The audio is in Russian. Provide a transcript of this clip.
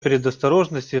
предосторожности